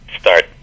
start